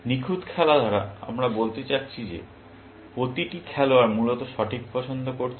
নিখুঁত খেলা দ্বারা আমরা বলতে চাচ্ছি যে প্রতিটি খেলোয়াড় মূলত সঠিক পছন্দ করছে